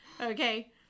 Okay